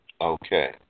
Okay